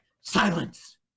silence